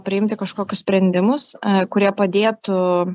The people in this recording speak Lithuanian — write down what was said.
priimti kažkokius sprendimus kurie padėtų